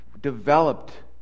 developed